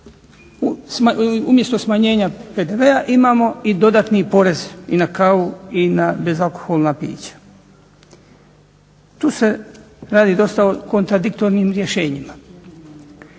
umjesto smanjenja PDV-a imamo i dodatni porez i na kavu i na bezalkoholna pića. Tu se radi dosta o kontradiktornim rješenjima.